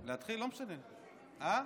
אה,